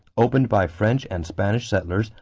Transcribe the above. opened by french and spanish settlers,